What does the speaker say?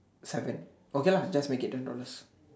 seven okay lah just make it ten dollars